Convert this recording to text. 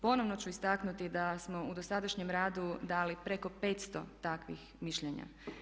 Ponovno ću istaknuti da smo u dosadašnjem radu dali preko 500 takvih mišljenja.